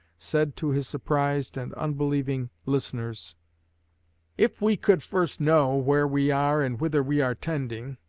said to his surprised and unbelieving listeners if we could first know where we are and whither we are tending,